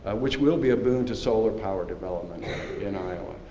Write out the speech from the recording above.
which will be a boon to solar power development in iowa.